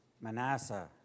Manasseh